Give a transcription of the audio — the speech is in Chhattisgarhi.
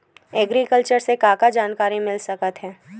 एग्रीकल्चर से का का जानकारी मिल सकत हे?